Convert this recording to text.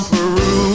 Peru